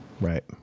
right